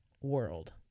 world